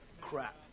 Crap